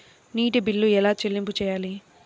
నీటి బిల్లు ఎలా చెల్లింపు చేయాలి?